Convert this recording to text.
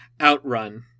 OutRun